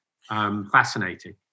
fascinating